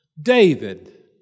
David